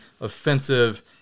offensive